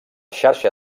xarxa